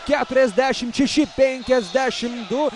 keturiasdešim šeši penkiasdešim du